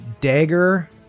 dagger